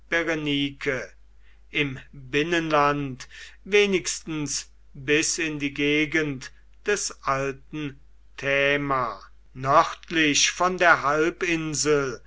im binnenland wenigstens bis in die gegend des alten nördlich von der halbinsel